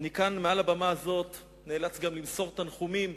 אני כאן, מעל הבמה הזאת, נאלץ גם למסור תנחומים,